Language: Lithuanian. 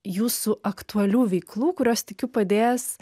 jūsų aktualių veiklų kurios tikiu padės